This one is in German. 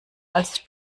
als